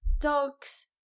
dogs